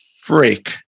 freak